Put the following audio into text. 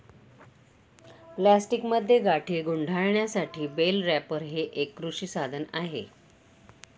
प्लास्टिकमध्ये गाठी गुंडाळण्यासाठी बेल रॅपर हे एक कृषी साधन आहे